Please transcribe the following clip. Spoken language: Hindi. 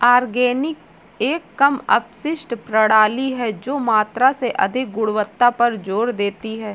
ऑर्गेनिक एक कम अपशिष्ट प्रणाली है जो मात्रा से अधिक गुणवत्ता पर जोर देती है